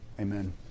Amen